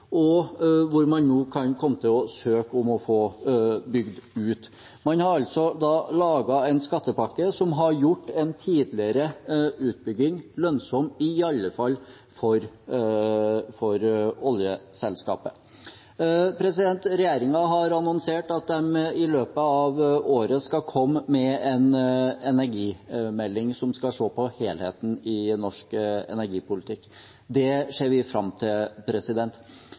og som man nå kan komme til å søke om å få bygd ut. Man har laget en skattepakke som har gjort en tidligere utbygging lønnsom, i alle fall for oljeselskapet. Regjeringen har annonsert at de i løpet av året skal komme med en energimelding som skal se på helheten i norsk energipolitikk. Det ser vi fram til.